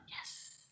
Yes